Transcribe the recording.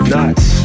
Nuts